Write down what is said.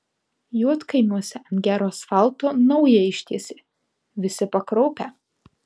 juodkaimiuose ant gero asfalto naują ištiesė visi pakraupę